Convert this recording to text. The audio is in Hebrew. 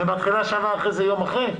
ומתחילה שנה אחרי זה יום אחרי?